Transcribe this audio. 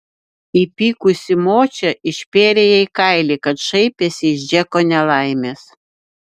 įpykusi močia išpėrė jai kailį kad šaipėsi iš džeko nelaimės